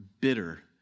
bitter